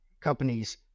companies